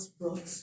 brought